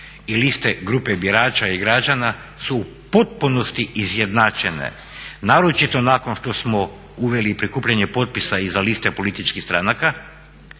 i liste grupe birača i građana su u potpunosti izjednačene naročito što smo uveli i prikupljanje potpisa i za liste političkih stranaka